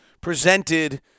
presented